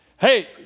Hey